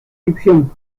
ficción